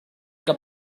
kan